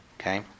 Okay